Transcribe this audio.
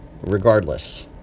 regardless